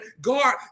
God